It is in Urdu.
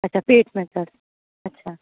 اچھا پیٹ میں درد اچھا